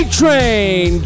train